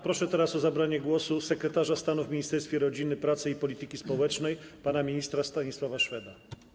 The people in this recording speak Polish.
Proszę teraz o zabranie głosu sekretarza stanu w Ministerstwie Rodziny, Pracy i Polityki Społecznej pana ministra Stanisława Szweda.